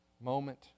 moment